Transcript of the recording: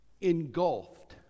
engulfed